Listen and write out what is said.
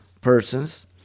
persons